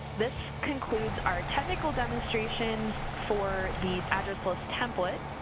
this concludes our technical demonstration for the address list template.